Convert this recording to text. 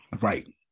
Right